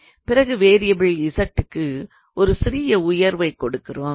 பிறகு variable z க்கு ஒரு சிறிய இன்க்ரிமென்டை கொடுக்கிறோம்